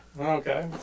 Okay